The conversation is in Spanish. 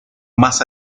más